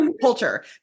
culture